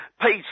peace